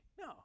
No